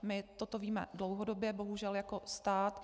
My toto víme dlouhodobě bohužel jako stát.